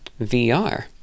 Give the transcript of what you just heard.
VR